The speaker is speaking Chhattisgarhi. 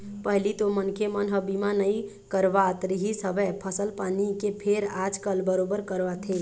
पहिली तो मनखे मन ह बीमा नइ करवात रिहिस हवय फसल पानी के फेर आजकल बरोबर करवाथे